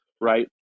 right